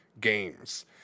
Games